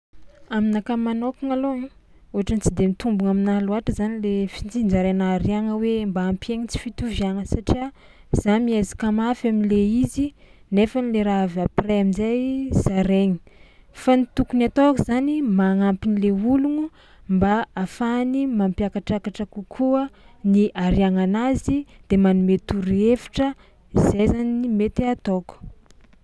Aminakahy manôkagna alôha ai ohatran'ny tsy de mitombogna aminahy loatra zany le fitsinjariagna hariagna hoe mba hampihegny tsy fitoviàgna satria za miezaka mafy am'le izy nefany le raha avy après amin-jay zaraigna fô ny tokony ataoko zany magnampy an'le ologno mba ahafahany mampiakatrakatra kokoa ny hariagnanazy de manome torohevitra zay zany no mety ataoko.